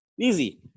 easy